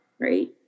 right